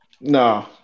No